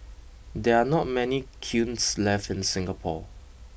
there are not many kilns left in Singapore